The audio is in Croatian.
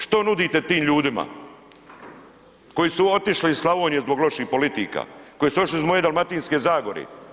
Što nudite tim ljudima koji su otišli iz Slavonije zbog loših politika, koji su otišli iz moje Dalmatinske zagore?